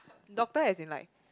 doctor as in like